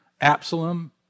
Absalom